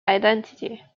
identity